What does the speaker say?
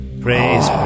Praise